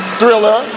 Thriller